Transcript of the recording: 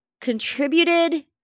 contributed